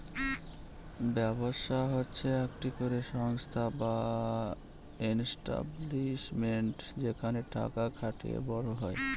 ব্যবসা হচ্ছে একটি করে সংস্থা বা এস্টাব্লিশমেন্ট যেখানে টাকা খাটিয়ে বড় হয়